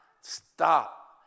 stop